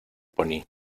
pony